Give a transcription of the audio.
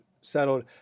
settled